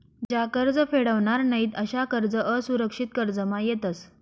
ज्या कर्ज फेडावनार नयीत अशा कर्ज असुरक्षित कर्जमा येतस